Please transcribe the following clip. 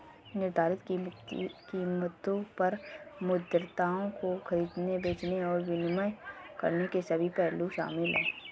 निर्धारित कीमतों पर मुद्राओं को खरीदने, बेचने और विनिमय करने के सभी पहलू शामिल हैं